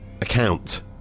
Account